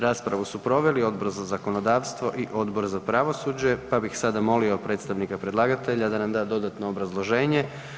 Raspravu su proveli Odbor za zakonodavstvo i Odbor za pravosuđe, pa bih sada molio predstavnika predlagatelja da nam da dodatno obrazloženje.